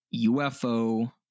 UFO